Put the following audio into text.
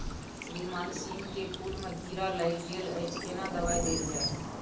श्रीमान सीम के फूल में कीरा लाईग गेल अछि केना दवाई देल जाय?